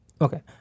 Okay